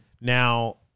now